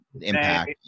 Impact